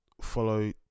follow